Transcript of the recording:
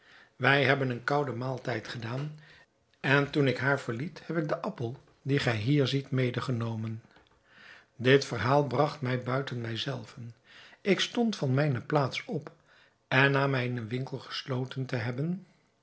wij hebben een kouden maaltijd gedaan en toen ik haar verliet heb ik den appel dien gij hier ziet medegenomen dit verhaal bragt mij buiten mij zelven ik stond van mijne plaats op en na mijnen winkel gesloten te hebben